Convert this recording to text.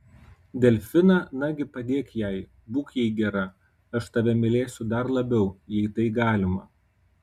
delfiną nagi padėk jai būk jai gera aš tave mylėsiu dar labiau jei tai galima